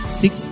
six